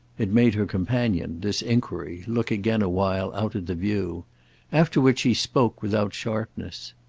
it made her companion, this enquiry, look again a while out at the view after which he spoke without sharpness.